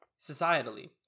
societally